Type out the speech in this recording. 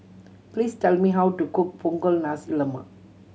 please tell me how to cook Punggol Nasi Lemak